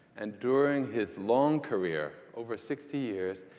and during his long career, over sixty years,